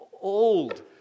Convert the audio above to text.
old